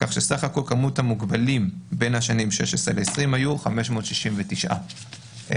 כך שסך כל כמות המוגבלים בין השנים 2016 ל-2020 היה 569 מוגבלים.